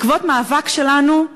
בעקבות מאבק שלנו,